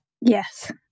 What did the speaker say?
Yes